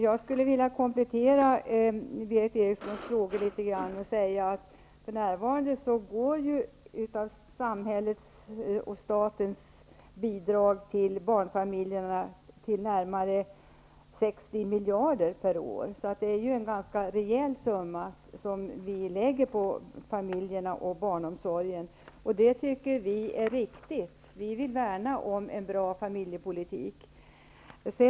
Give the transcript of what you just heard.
Jag skulle vilja komplettera Berith Erikssons frågor litet grand och säga att närmare 60 miljarder per år går för närvarande som statsbidrag till barnfamiljerna. Det är en ganska rejäl summa som vi lägger på barnfamiljerna och barnomsorgen. Det tycker vi är riktigt, därför att vi vill värna om en bra familjepolitik.